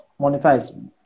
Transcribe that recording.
monetize